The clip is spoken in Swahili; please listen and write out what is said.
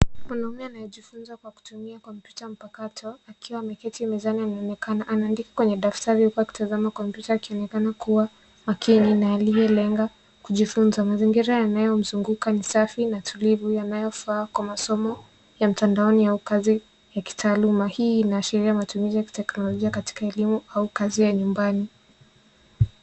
Mwanaume anajifunza akitumia kompyuta mpakato akiwa ameketi mezani. Anaonekana anaandika kwenye daftari huku akitazama kompyuta akionekana kuwa makini na aliyelenga kujifunza. Mazingira yanayomzunguka ni safi na tulivu yanayofaa kwa masomo ya mtandaoni au kazi ya nyimbani. Hii inaashiria matumizi ya teknolojia katika elimu au kazi ya nyumbani.